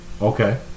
Okay